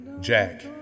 Jack